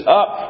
up